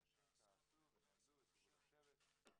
האנשים כעסו, נעמדו, סירבו לשבת.